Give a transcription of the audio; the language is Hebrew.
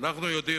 אנחנו יודעים,